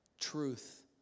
truth